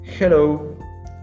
Hello